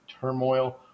turmoil